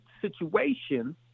situation